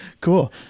Cool